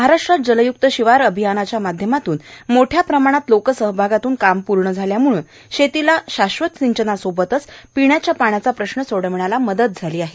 महाराष्ट्रात जलय्क्त शिवार अभियानाच्या माध्यमातून मोठ्या प्रमाणात लोकसहभागातून कामं पूर्ण झाल्यामुळं शेतीला शाश्वत सिंचनासोबतच पिण्याच्या पाण्याचा प्रश्न सोडविण्याला मदत झाली आहे